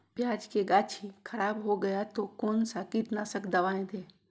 प्याज की गाछी खराब हो गया तो कौन सा कीटनाशक दवाएं दे?